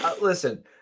listen